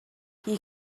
you